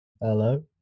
Hello